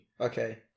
okay